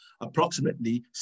approximately